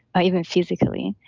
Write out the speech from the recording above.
ah even physically.